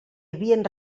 havien